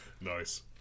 Nice